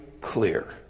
clear